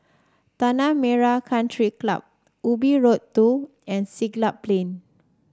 Tanah Merah Country Club Ubi Road Two and Siglap Plain